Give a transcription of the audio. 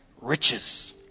riches